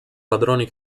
padroni